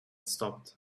stopped